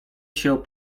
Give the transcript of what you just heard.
się